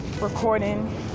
Recording